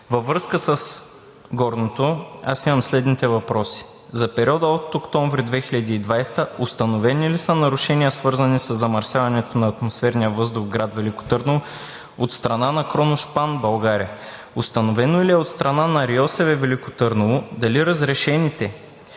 Във връзка с горното, аз имам следните въпроси: За периода от октомври 2020 г. установени ли са нарушения, свързани със замърсяването на атмосферния въздух в град Велико Търново от страна на „Кроношпан България“? Установено ли е от страна на РИОСВ – Велико Търново, дали разрешените